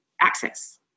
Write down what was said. access